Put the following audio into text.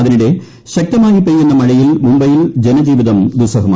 അതിനിടെ ശക്തമായി പെയ്യുന്ന മഴയിൽ മുംബൈയിൽ ജന ജീവിതം ദുസ്സഹമായി